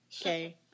okay